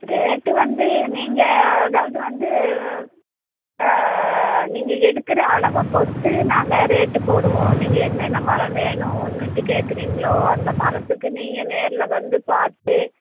rate வந்து நீங்கள் அதாவது வந்து நீங்கள் எடுக்கிற அளவை பொறுத்து நாங்கள் ரேட்டு போடுவோம் நீங்கள் என்னென்ன மரம் வேணும்னுட்டு கேட்கறீங்களோ அந்த மரத்துக்கு நீங்கள் நேரில் வந்து பார்த்து